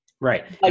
Right